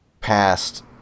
past